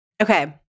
Okay